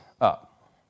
up